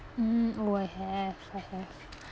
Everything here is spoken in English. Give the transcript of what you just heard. mm oh I have I have